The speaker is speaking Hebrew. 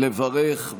לברך.